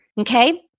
Okay